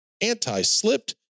anti-slipped